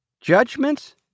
Judgments